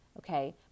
okay